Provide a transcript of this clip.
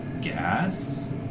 gas